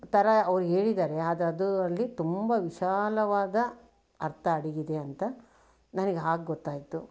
ಥರ ಅವರು ಹೇಳಿದ್ದಾರೆ ಆದರೆ ಅದು ಅಲ್ಲಿ ತುಂಬ ವಿಶಾಲವಾದ ಅರ್ಥ ಅಡಗಿದೆ ಅಂತ ನನಗೆ ಹಾಗೆ ಗೊತ್ತಾಯಿತು